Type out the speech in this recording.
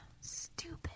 stupid